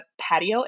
patio